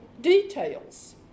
details